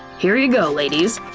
here ya go, ladies.